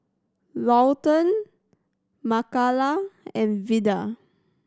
Lawton Makala and Vida